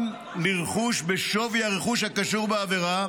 גם לרכוש בשווי הרכוש הקשור בעבירה,